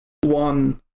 one